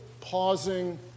pausing